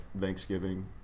Thanksgiving